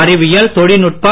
அறிவியல் தொழில்நுட்பம்